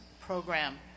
program